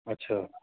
अछा